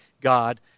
God